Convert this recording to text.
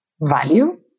value